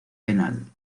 penal